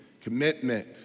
commitment